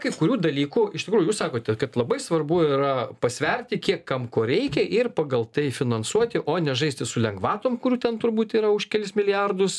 kai kurių dalykų iš tikrųjų jūs sakote kad labai svarbu yra pasverti kiek kam ko reikia ir pagal tai finansuoti o ne žaisti su lengvatom kurių ten turbūt yra už kelis milijardus